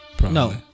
No